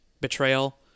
Betrayal